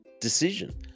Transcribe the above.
decision